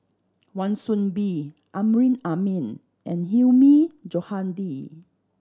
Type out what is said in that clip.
Wan Soon Bee Amrin Amin and Hilmi Johandi